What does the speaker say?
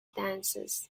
dances